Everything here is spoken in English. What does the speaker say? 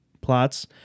plots